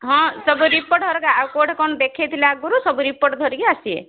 ହଁ ସବୁ ରିପୋର୍ଟ ହେରିକା ଆଉ କେଉଁଠି କ'ଣ ଦେଖେଇଥିଲେ ଆଗରୁ ସବୁ ରିପୋର୍ଟ ଧରିକି ଆସିବେ